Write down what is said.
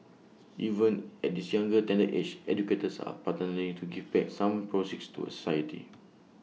even at this younger tender age educators are partnering to give back some proceeds to society